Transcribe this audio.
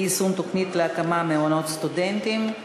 אי-יישום תוכנית להקמת מעונות סטודנטים,